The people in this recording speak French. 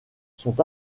sont